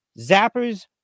Zappers